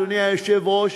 אדוני היושב-ראש,